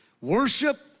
worship